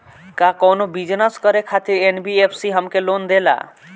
का कौनो बिजनस करे खातिर एन.बी.एफ.सी हमके लोन देला?